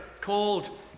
called